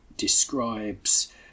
describes